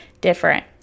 different